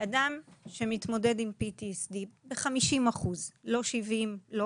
אדם שמתמודד עם PTSD ב-50% לא 70%; לא